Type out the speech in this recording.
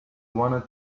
wanted